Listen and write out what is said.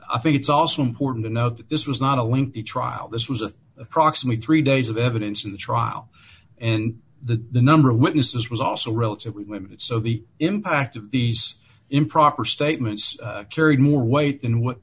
i think it's also important to note that this was not a lengthy trial this was a approximately three days of evidence in the trial and the number of witnesses was also relatively limited so the impact of these improper statements carry more weight in what